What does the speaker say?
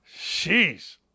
Jeez